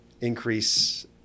increase